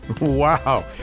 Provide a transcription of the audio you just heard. Wow